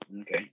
Okay